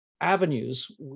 avenues